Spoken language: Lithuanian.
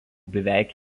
beveik